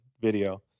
video